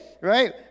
right